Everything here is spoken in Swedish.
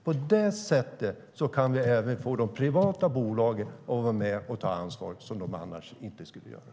På detta sätt kan vi även få de privata bolagen att vara med och ta det ansvar som de annars inte skulle ta.